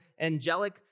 angelic